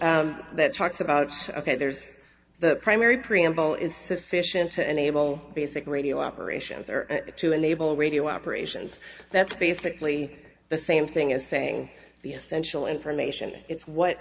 that talks about it's ok there's the primary preamble is sufficient to enable basic radio operations or at it to enable radio operations that's basically the same thing as saying the essential information it's what